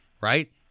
right